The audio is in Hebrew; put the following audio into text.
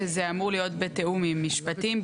זה אמור להיות בתיאום עם משפטים,